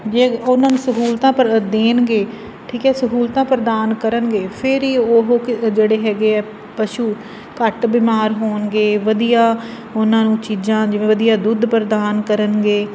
ਜੇ ਉਹਨਾਂ ਨੂੰ ਸਹੂਲਤਾਂ ਪਰ ਦੇਣਗੇ ਠੀਕ ਹੈ ਸਹੂਲਤਾਂ ਪ੍ਰਦਾਨ ਕਰਨਗੇ ਫਿਰ ਹੀ ਉਹ ਜਿਹੜੇ ਹੈਗੇ ਆ ਪਸ਼ੂ ਘੱਟ ਬਿਮਾਰ ਹੋਣਗੇ ਵਧੀਆ ਉਹਨਾਂ ਨੂੰ ਚੀਜ਼ਾਂ ਜਿਵੇਂ ਵਧੀਆ ਦੁੱਧ ਪ੍ਰਦਾਨ ਕਰਨਗੇ